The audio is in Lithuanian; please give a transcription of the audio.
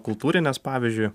kultūrines pavyzdžiui